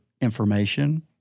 information